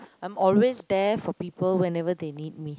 I'm always there for people whenever they need me